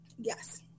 yes